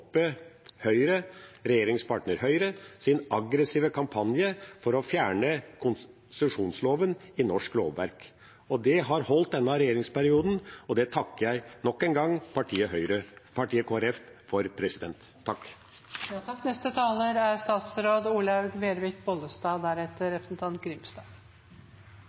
aggressive kampanje for å fjerne konsesjonsloven i norsk lovverk. Det har holdt denne regjeringsperioden, og det takker jeg nok en gang partiet Kristelig Folkeparti for. Jeg har bare lyst til å komme med noen kommentarer. Dette er